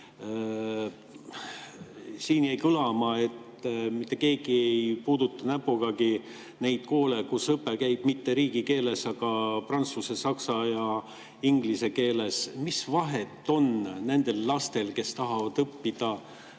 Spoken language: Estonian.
Siin jäi kõlama, et mitte keegi ei puuduta näpugagi neid koole, kus õpe käib mitte riigikeeles, vaid prantsuse, saksa ja inglise keeles. Mis vahet on nendel lastel, kes tahavad õppida